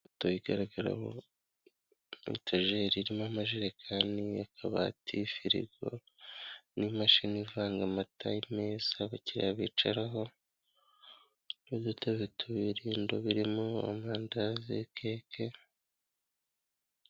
Ifoto igaragaraho etajeri irimo amajerekani, akabati, firigo, n'imashini ivanga amata, imeza abakiriya bicaraho, n'udutebe tubiri indobo irimo amandazi, keke...